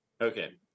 Okay